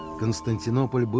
constantinople but